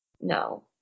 No